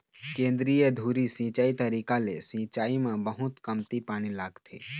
केंद्रीय धुरी सिंचई तरीका ले सिंचाई म बहुत कमती पानी लागथे